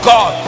God